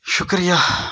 شکریہ